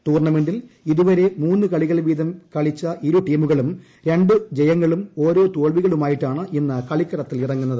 ടൂർണമെന്റിൽ ഇതുവരെ മൂന്നുകളികൾ വീതം കളിച്ച ഇരു ടീമുകളും ര വിജയങ്ങളും ഓരോ തോൽവികളുമായിട്ടാണ് ഇന്ന് കളിക്കളത്തിലിറങ്ങുന്നത്